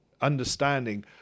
understanding